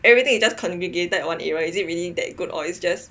everything is just congregated in one area is it really that good or is just